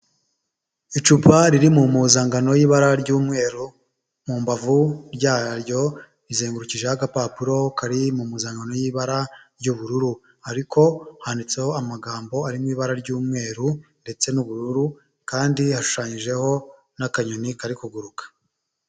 Icupa riri mu mpuzangano y'ibara ry'umweru mumbavu ryayo rizengurukije agapapuro karirim m muzankano y'ibara ry'ubururu ariko handitseho amagambo arimo ibara ry'umweru ndetse n'ubururu kandi yashushanyijeho n'akanyoni kari kuguruka.